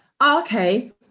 okay